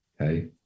Okay